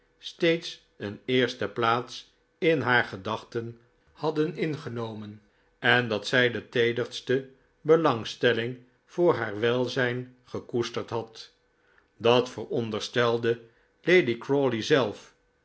steeds een eerste plaats in haar gedachten hadden ingenomen en dat zij de teederste belangstelling voor haar welzijn gekoesterd had dat veronderstelde lady crawley zelf